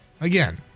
Again